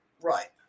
Right